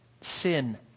sin